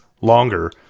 longer